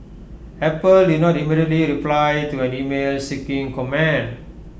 Apple did not immediately reply to an email seeking commend